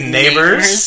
Neighbors